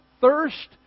thirst